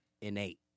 innate